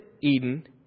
Eden